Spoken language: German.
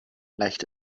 leicht